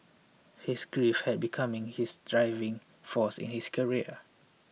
his grief had becoming his driving force in his career